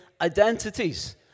identities